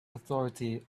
authority